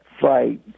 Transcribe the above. fight